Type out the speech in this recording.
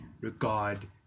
regard